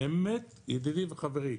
באמת ידידי וחברי,